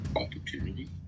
opportunity